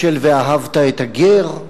של "ואהבת את הגר",